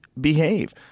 behave